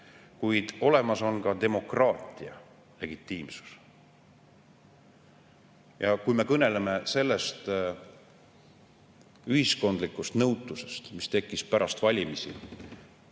kuid olemas on ka demokraatia legitiimsus. Kui me kõneleme sellest ühiskondlikust nõutusest, mis tekkis pärast valimisi,